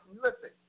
listen